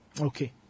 Okay